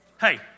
Hey